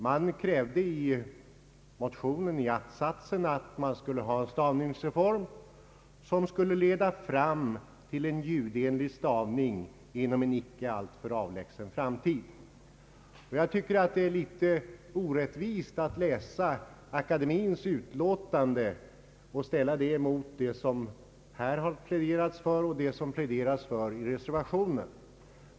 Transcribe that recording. Man kräver i motionen en stavningsreform som skall leda fram till ljudenlighet inom en icke alltför avlägsen framtid. Jag tycker att det är litet orättvist att läsa akademiens utlåtande och sedan ställa detta emot det som man här pläderat för och mot det som man pläderar för i reservationen.